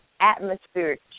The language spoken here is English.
atmospheric